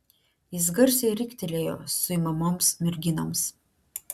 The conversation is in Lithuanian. jis garsiai riktelėjo suimamoms merginoms